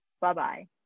Bye-bye